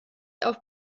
auf